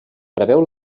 preveu